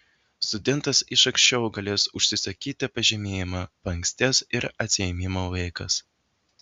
studentas iš ankščiau galės užsisakyti pažymėjimą paankstės ir atsiėmimo laikas